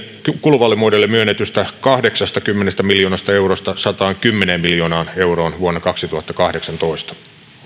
kuluvalle vuodelle myönnetystä kahdeksastakymmenestä miljoonasta eurosta sataankymmeneen miljoonaan euroon vuonna kaksituhattakahdeksantoista